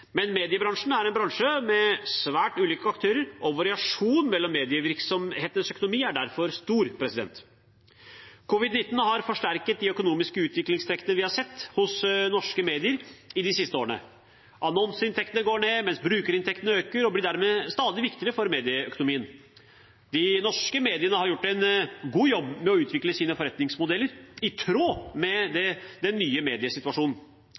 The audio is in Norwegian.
Men mediebransjen er en bransje med svært ulike aktører, og variasjonen mellom medievirksomhetenes økonomi er derfor stor. Covid-19-pandemien har forsterket de økonomiske utviklingstrekkene vi har sett hos norske medier de siste årene: Annonseinntektene går ned, mens brukerinntektene øker, og de blir dermed stadig viktigere for medieøkonomien. De norske mediene har gjort en god jobb med å utvikle sine forretningsmodeller i tråd med den nye